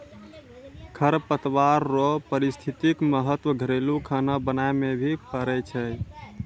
खरपतवार रो पारिस्थितिक महत्व घरेलू खाना बनाय मे भी पड़ै छै